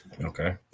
Okay